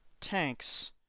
tanks